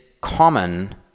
common